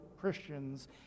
Christians